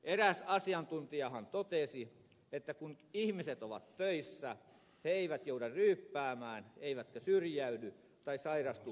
eräs asiantuntijahan totesi että kun ihmiset ovat töissä he eivät jouda ryyppäämään eivätkä syrjäydy tai sairastu mielenterveysongelmiin